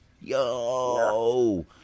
Yo